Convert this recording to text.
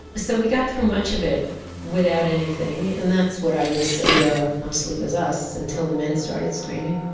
so we got through much of it without anything. and that's what i was aware of mostly, was us, until the men started screaming